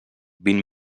vint